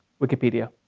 wikipedia.